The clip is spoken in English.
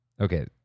okay